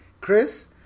Chris